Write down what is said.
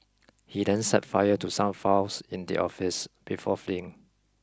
he then set fire to some files in the office before fleeing